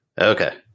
Okay